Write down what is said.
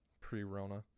pre-rona